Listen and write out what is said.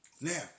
Now